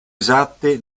esatte